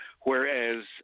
Whereas